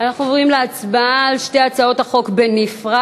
אנחנו עוברים להצבעה על שתי הצעות החוק בנפרד.